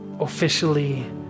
officially